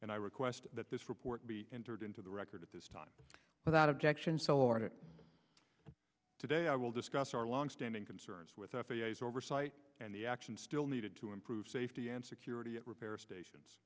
i request that this report be entered into the record at this time without objection sell or today i will discuss our longstanding concerns with f a a as oversight and the actions still needed to improve safety and security at repair stations